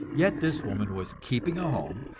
yet this woman was keeping a home,